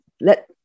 let